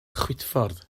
chwitffordd